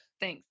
Thanks